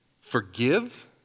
Forgive